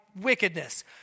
wickedness